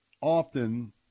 often